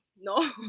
no